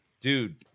dude